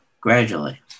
gradually